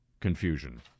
confusion